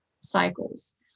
cycles